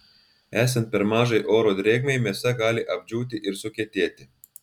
esant per mažai oro drėgmei mėsa gali apdžiūti ir sukietėti